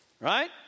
right